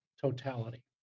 totality